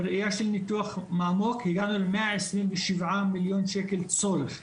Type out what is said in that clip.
בראייה של ניתוח עמוק הגענו למאה עשרים ושבעה מיליון שקל צורך.